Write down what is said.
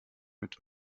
mit